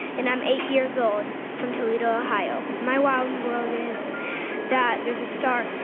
and i'm eight years old from toledo, ohio. my wow in the world is that there's a star,